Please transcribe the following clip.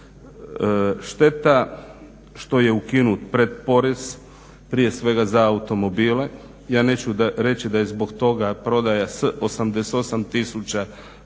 Šteta što je ukinut pretporez prije svega za automobile. Ja neću reći da je zbog toga prodaja s 88 tisuća